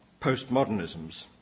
postmodernisms